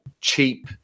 cheap